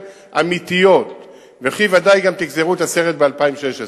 אמיתיות וכי ודאי גם תגזרו את הסרט ב-2016.